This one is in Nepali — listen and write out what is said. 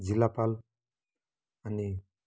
जिल्लापाल अनि